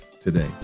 today